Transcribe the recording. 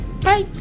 Bye